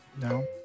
No